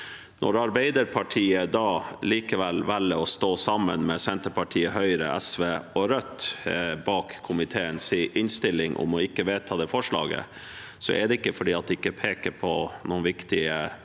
Når Arbeiderpartiet likevel velger å stå sammen med Senterpartiet, Høyre, SV og Rødt bak komiteens innstilling om ikke å vedta forslaget, er det ikke fordi det ikke peker på noen viktige